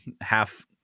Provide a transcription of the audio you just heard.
half